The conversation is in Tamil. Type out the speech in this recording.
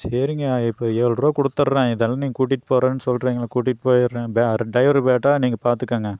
சரிங்க இப்போ ஏழ்ருபா கொடுத்துட்றேன் இதெல்லாம் நீங்கள் கூட்டிட்டு போகிறேன் சொல்றீங்கள்ல கூட்டிட்டு போயிடுறேன் பேர டிரைவர் பேட்டா நீங்கள் பார்த்துக்கங்க